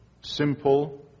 simple